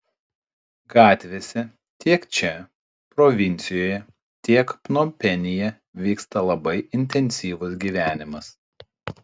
gatvėse tiek čia provincijoje tiek pnompenyje vyksta labai intensyvus gyvenimas